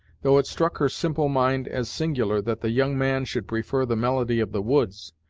though it struck her simple mind as singular that the young man should prefer the melody of the woods,